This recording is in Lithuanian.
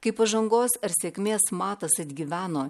kaip pažangos ar sėkmės matas atgyveno